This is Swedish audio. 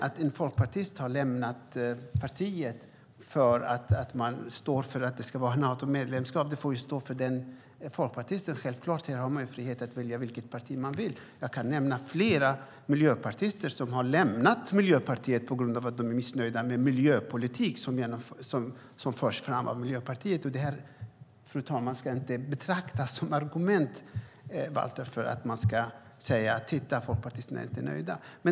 Att en folkpartist har lämnat partiet för att det förespråkar Natomedlemskap får stå för den folkpartisten. Man har självklart frihet att välja vilket parti man vill. Jag kan nämna flera miljöpartister som har lämnat Miljöpartiet på grund av att de är missnöjda med den miljöpolitik som förs fram av Miljöpartiet. Det här ska inte, fru talman, betraktas som ett argument för att säga att folkpartister inte är nöjda.